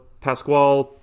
Pasquale